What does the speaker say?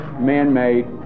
man-made